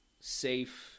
safe